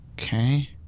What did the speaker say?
Okay